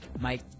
Mike